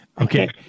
okay